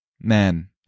Man